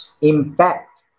impact